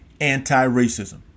anti-racism